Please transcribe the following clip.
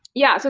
yeah. so